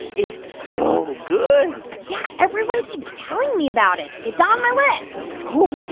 it's so good yeah, everyone keeps telling me about it. it's on my list oh,